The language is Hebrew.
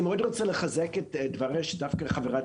אני מאוד רוצה לחזק את דבריה דווקא של חברת